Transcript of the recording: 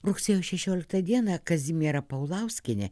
rugsėjo šešioliktą dieną kazimiera paulauskienė